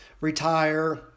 retire